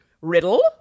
riddle